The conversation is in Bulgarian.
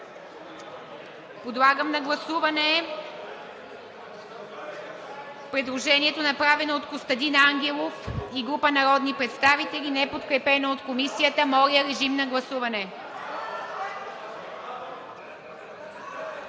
Подлагам на гласуване предложението, направено от Костадин Ангелов и група народни представители, неподкрепено от Комисията. Гласували